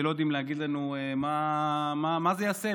שלא יודעים להגיד לנו מה זה יעשה,